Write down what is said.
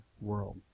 world